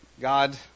God